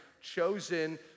chosen